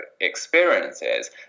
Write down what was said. experiences